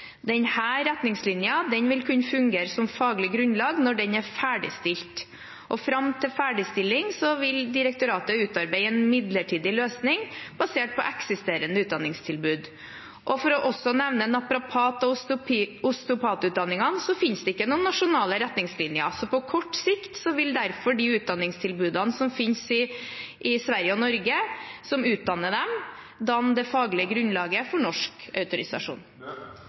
vil kunne fungere som faglig grunnlag når den er ferdigstilt. Fram til ferdigstilling vil direktoratet utarbeide en midlertidig løsning basert på eksisterende utdanningstilbud. For også å nevne naprapat- og osteopatutdanningene: Det finnes ikke noen nasjonale retningslinjer, så på kort sikt vil derfor de utdanningstilbudene som finnes i Sverige og Norge for slik utdanning, danne det faglige grunnlaget for norsk autorisasjon.